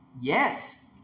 Yes